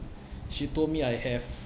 she told me I have